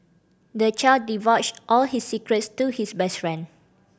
the child divulged all his secrets to his best friend